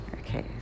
Okay